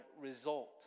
result